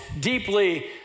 deeply